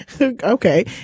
Okay